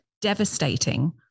devastating